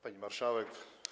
Pani Marszałek!